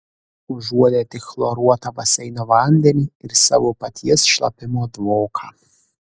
užuodė tik chloruotą baseino vandenį ir savo paties šlapimo dvoką